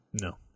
No